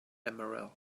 emerald